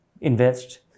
invest